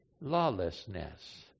lawlessness